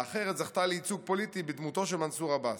והאחרת זכתה לייצוג פוליטי בדמותו של מנסור עבאס.